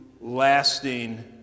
lasting